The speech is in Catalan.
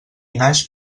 naix